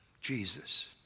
Jesus